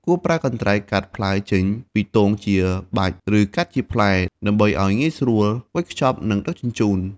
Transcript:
គួរប្រើកន្ត្រៃកាត់ផ្លែចេញពីទងជាបាច់ ឬកាត់ជាផ្លែ ដើម្បីឲ្យងាយស្រួលវេចខ្ចប់ និងដឹកជញ្ជូន។